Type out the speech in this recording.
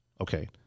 okay